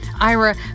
Ira